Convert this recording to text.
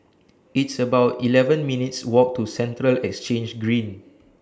It's about eleven minutes' Walk to Central Exchange Green